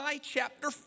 chapter